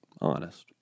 honest